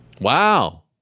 Wow